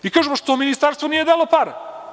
I kažemo – što ministarstvo nije dalo para.